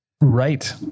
Right